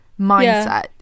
mindset